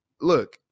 look –